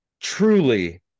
truly